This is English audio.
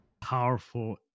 powerful